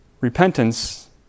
Repentance